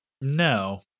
No